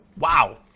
Wow